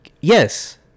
Yes